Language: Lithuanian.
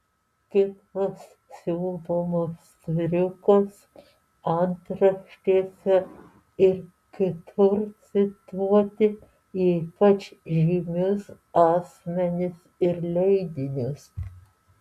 kitas siūlomas triukas antraštėse ir kitur cituoti ypač žymius asmenis ir leidinius